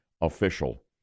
official